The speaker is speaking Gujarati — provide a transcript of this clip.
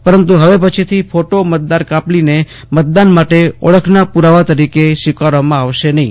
પરંતુ હવે પછીથી ફોટો મતદાર કાપલીને મતદાન માટે ઓળખના પુરાવા તરીકે સ્વીકારવામાં નહી આવે